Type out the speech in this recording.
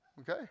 Okay